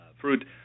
fruit